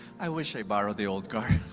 i wish i borrowed the old car